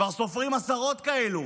כבר סופרים עשרות כאלה